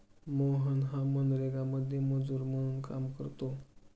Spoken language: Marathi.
मोहन हा मनरेगामध्ये मजूर म्हणून काम करतो